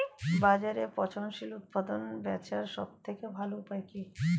বাজারে পচনশীল উৎপাদন বেচার সবথেকে ভালো উপায় কি?